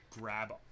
grab